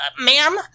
ma'am